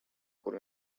kur